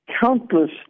countless